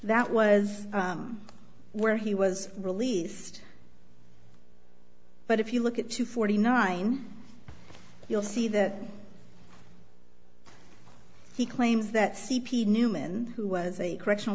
that was where he was released but if you look at two forty nine you'll see that he claims that c p neuman who was a correctional